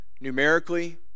numerically